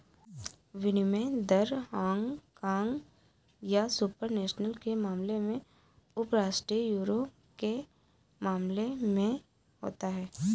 विनिमय दर हांगकांग या सुपर नेशनल के मामले में उपराष्ट्रीय यूरो के मामले में होता है